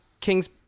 king's